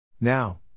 Now